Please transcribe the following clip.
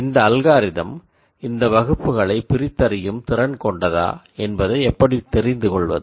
இந்த அல்காரிதம் இந்த கிளாஸ்களை பிரித்தறியும் திறன் கொண்டதா என்பதை எப்படி தெரிந்துகொள்வது